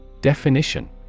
Definition